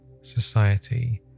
society